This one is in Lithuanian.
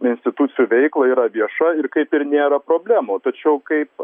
institucijų veiklą yra vieša ir kaip ir nėra problemų tačiau kaip